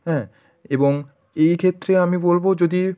হ্যাঁ এবং এইক্ষেত্রে আমি বলবো যদি